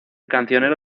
cancionero